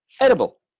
edible